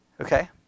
Okay